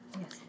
Yes